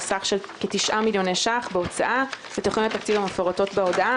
בסך של 9,612 אלפי ש"ח בהוצאה לתוכניות התקציב המפורטות בהודעה.